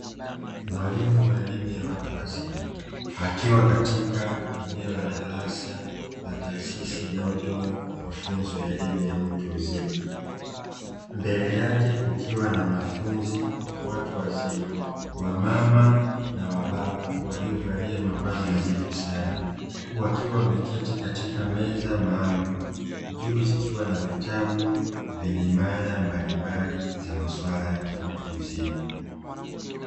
Mwalimu wa elimu ya watu wazima, akiwa katika eneo la darasa la taasisi; inayotoa mafunzo ya elimu ya utu uzima, mbele yake kukiwa na wanafunzi watu wazima; wamama na wababa, waliovalia mavazi nadhifu sana, wakiwa wameketi katika meza maalumu, juu zikiwa na vitabu vyenye mada mbalimbali za maswala ya kiutu uzima.